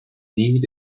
need